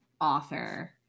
author